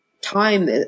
time